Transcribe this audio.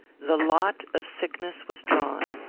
the lot of sickness was drawn.